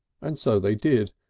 and so they did,